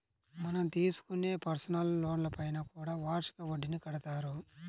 మనం తీసుకునే పర్సనల్ లోన్లపైన కూడా వార్షిక వడ్డీని కడతారు